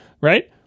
right